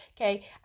Okay